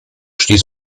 stieß